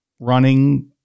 running